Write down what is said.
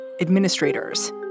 administrators